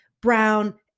brown